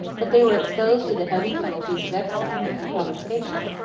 but they were exposed to the heavy penalties of exile and confiscation,